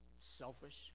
Selfish